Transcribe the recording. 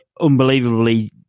Unbelievably